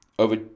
Over